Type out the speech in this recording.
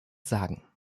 sagen